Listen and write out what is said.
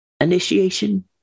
initiation